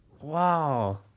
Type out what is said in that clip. Wow